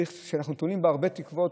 שאנחנו תולים בה הרבה תקוות,